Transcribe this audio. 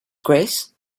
grace